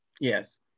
yes